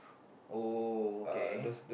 oh okay